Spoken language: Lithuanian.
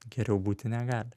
geriau būti negali